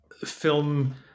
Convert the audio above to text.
film